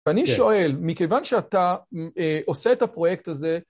ואני שואל, מכיוון שאתה עושה את הפרויקט הזה